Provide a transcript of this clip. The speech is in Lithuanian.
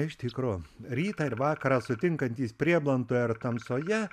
iš tikro rytą ir vakarą sutinkantys prieblandoje ar tamsoje